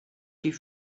die